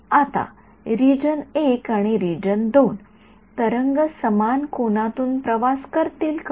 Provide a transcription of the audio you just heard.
आता रिजन १ आणि रिजन २ तरंग समान कोनातून प्रवास करतील का